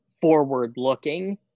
forward-looking